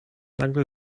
nagle